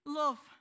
love